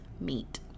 meet